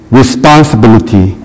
responsibility